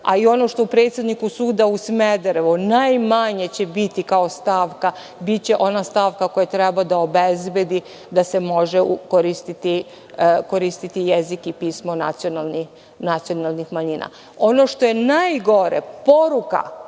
a i ono što predsedniku suda u Smederevu najmanje će biti kao stavka, biće ona stavka koja treba da obezbedi da se može koristiti jezik i pismo nacionalnih manjina. Ono što je najgora poruka